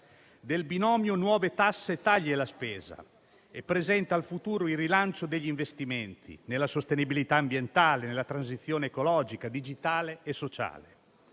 del binomio "nuove tasse-tagli alla spesa" e presenti al futuro il rilancio degli investimenti, nella sostenibilità ambientale, nella transizione ecologica, digitale e sociale.